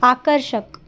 आकर्षक